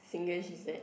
Singlish is it